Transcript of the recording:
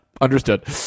understood